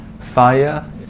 Fire